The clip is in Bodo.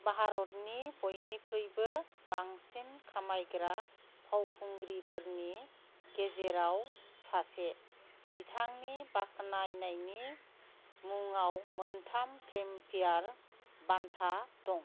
भारतनि बयनिख्रुइबो बांसिन खामायग्रा फावखुंग्रिफोरनि गेजेराव सासे बिथांनि बाखनायनायनि मुङाव मोनथाम फिल्मफेयार बान्था दं